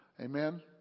Amen